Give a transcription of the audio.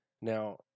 Now